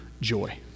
joy